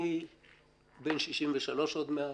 אני בן 63 עוד מעט.